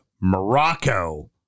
Morocco